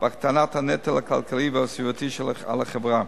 בהקטנת הנטל הכלכלי והסביבתי על החברה.